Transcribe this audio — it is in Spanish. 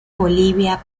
bolivia